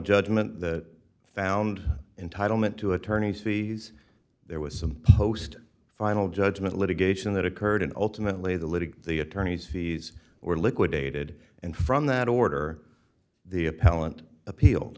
judgment that found entitlement to attorneys fees there was some post final judgment litigation that occurred and ultimately the litigate the attorneys fees were liquidated and from that order the appellant appeal